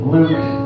Luke